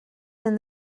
than